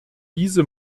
diese